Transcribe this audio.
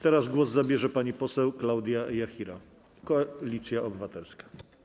Teraz głos zabierze pani poseł Klaudia Jachira, Koalicja Obywatelska.